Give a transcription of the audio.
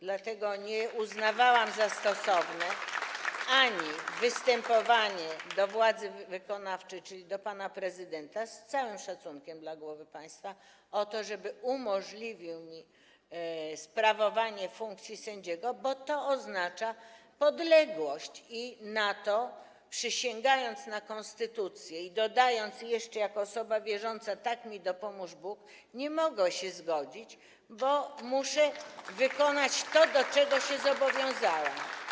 Dlatego nie uznawałam za stosowne występowania do władzy wykonawczej, czyli do pana prezydenta, z całym szacunkiem dla głowy państwa, o to, żeby umożliwił mi sprawowanie funkcji sędziego, bo to oznacza podległość i na to, przysięgając na konstytucję i dodając jeszcze jako osoba wierząca: „Tak mi dopomóż Bóg”, nie mogę się zgodzić, bo muszę wykonać to, do czego się zobowiązałam.